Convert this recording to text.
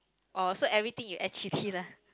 oh so everything you add chilli lah